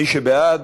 שבעד,